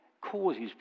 Causes